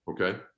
Okay